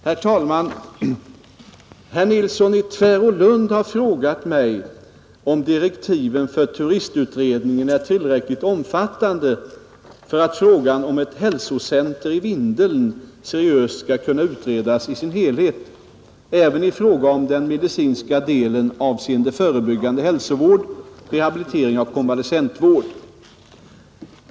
Herr talman! Herr Nilsson i Tvärålund har frågat mig om direktiven för turistutredningen är tillräckligt omfattande för att frågan om ett hälsocenter i Vindeln seriöst skall kunna utredas i sin helhet även i fråga om den medicinska delen avseende förebyggande hälsovård, rehabilitering och konvalescentvård.